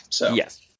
Yes